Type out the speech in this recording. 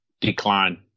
decline